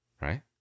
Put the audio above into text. right